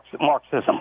Marxism